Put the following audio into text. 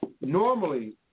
normally